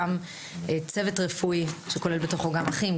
צוות רפואי כולל בתוכו גם אחים,